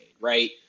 right